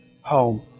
home